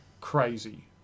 crazy